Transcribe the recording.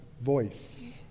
voice